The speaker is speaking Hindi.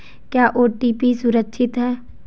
क्या ओ.टी.पी सुरक्षित है?